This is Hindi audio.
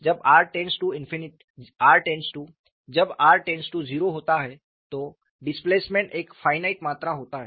जब r0 होता है तो डिस्प्लेसमेंट एक फाइनाइट मात्रा होता है